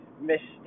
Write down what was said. mistake